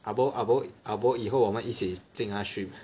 ah bo ah bo ah bo 以后我们一起进他 stream